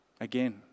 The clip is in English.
again